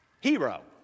hero